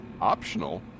Optional